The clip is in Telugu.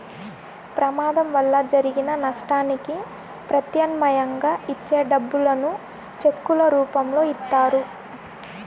ప్రమాదం వలన జరిగిన నష్టానికి ప్రత్యామ్నాయంగా ఇచ్చే డబ్బులను చెక్కుల రూపంలో ఇత్తారు